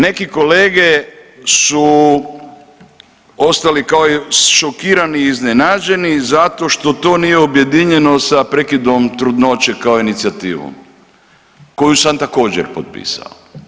Neki kolege su ostali kao šokirani i iznenađeni zato što to nije objedinjeno sa prekidom trudnoće kao inicijativom koju sam također, potpisao.